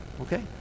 Okay